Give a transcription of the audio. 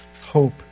hope